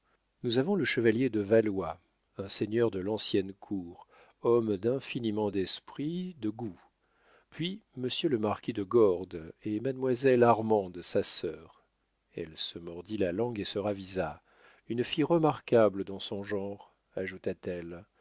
nous avons le chevalier de valois un seigneur de l'ancienne cour homme d'infiniment d'esprit de goût puis monsieur le marquis de gordes et mademoiselle armande sa sœur elle se mordit la langue et se ravisa une fille remarquable dans son genre ajouta-t-elle